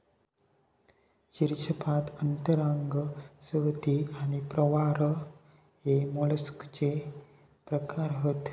शीर्शपाद अंतरांग संहति आणि प्रावार हे मोलस्कचे प्रकार हत